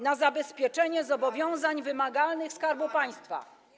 na zabezpieczenie zobowiązań wymagalnych Skarbu Państwa.